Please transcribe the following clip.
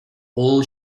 all